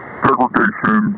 segregation